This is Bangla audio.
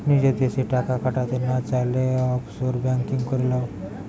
নিজের দেশে টাকা খাটাতে না চাইলে, অফশোর বেঙ্কিং করে লাও